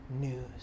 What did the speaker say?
news